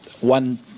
one